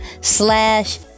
slash